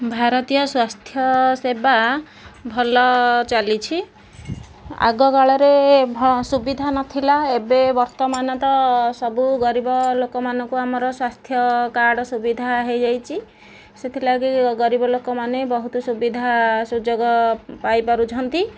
ଭାରତୀୟ ସ୍ୱାସ୍ଥ୍ୟ ସେବା ଭଲ ଚାଲିଛି ଆଗକାଳରେ ଭ ସୁବିଧା ନଥିଲା ଏବେ ବର୍ତ୍ତମାନ ତ ସବୁ ଗରିବ ଲୋକମାନଙ୍କୁ ଆମର ସ୍ୱାସ୍ଥ୍ୟ କାର୍ଡ଼ ସୁବିଧା ହୋଇଯାଇଛି ସେଥିଲାଗି ଗରିବ ଲୋକମାନେ ବହୁତ ସୁବିଧା ସୁଯୋଗ ପାଇପାରୁଛନ୍ତି